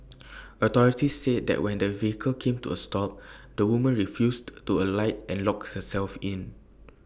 authorities said that when the vehicle came to A stop the woman refused to alight and locked herself in